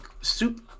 soup